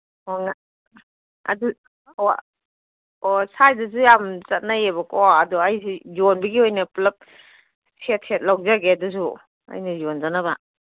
ꯑꯣ ꯑꯗꯨ ꯑꯣ ꯑꯣ ꯁꯥꯏꯗꯁꯨ ꯌꯥꯝ ꯆꯠꯅꯩꯌꯦꯕꯀꯣ ꯑꯗꯨ ꯑꯩꯁꯨ ꯌꯣꯟꯕꯒꯤ ꯑꯣꯏꯅ ꯄꯨꯂꯞ ꯁꯦꯠ ꯁꯦꯠ ꯂꯧꯖꯒꯦ ꯑꯗꯨꯁꯨ ꯑꯩꯅ ꯌꯣꯟꯖꯅꯕ